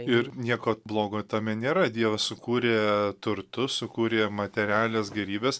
ir nieko blogo tame nėra dievas sukūrė turtus sukūrė materialines gėrybes